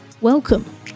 Welcome